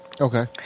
Okay